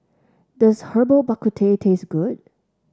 does Herbal Bak Ku Teh taste good